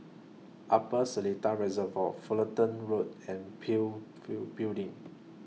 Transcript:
Upper Seletar Reservoir Fulton Road and PIL few Building